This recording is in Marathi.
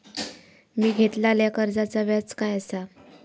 मी घेतलाल्या कर्जाचा व्याज काय आसा?